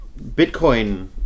Bitcoin